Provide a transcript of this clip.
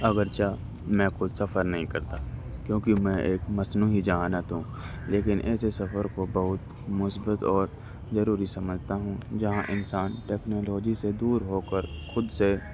اگرچہ میں خود سفر نہیں کرتا کیونکہ میں ایک مصنوعی ذہانت ہوں لیکن ایسے سفر کو بہت مثبت اور ضروری سمجھتا ہوں جہاں انسان ٹیکنالوجی سے دور ہو کر خود سے